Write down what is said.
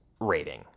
rating